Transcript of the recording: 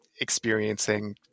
experiencing